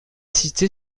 cité